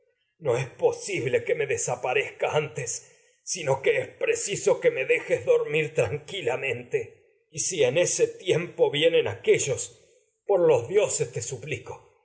no es posible que me desaparezca me sino y que si es en preciso ese que dejps dormir tranqui lamente tiempo ni a vienen aquéllos por los tu dioses te suplico